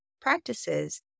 practices